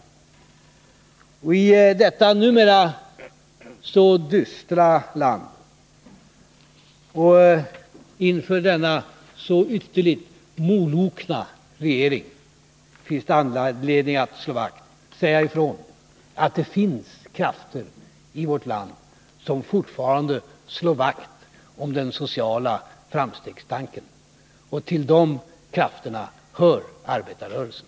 Och i detta numera så dystra land och inför denna så ytterligt molokna regering finns det all anledning att säga ifrån att det finns krafter i vårt land som fortfarande slår vakt om de sociala framstegen; och till de krafterna hör arbetarrörelsen.